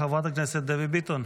חברת הכנסת דבי ביטון,